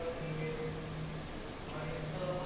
the lan is